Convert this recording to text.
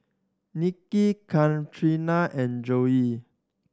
Niki Katrina and